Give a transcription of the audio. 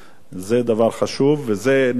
זה דבר חשוב וזה נדבך